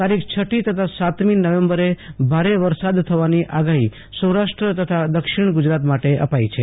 તારીખ છઠી તથા સાતમી નવેમ્બર ભારે વરસાદ થવાની આગાફી સૌરાષ્ટ્ર તથા દક્ષિણ ગુજરાત માટે આપાઈ છે